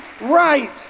right